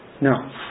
No